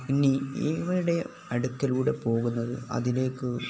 ഇനി ഇവയുടെ അടുക്കലൂടെ പോകുന്നത് അതിലേക്ക്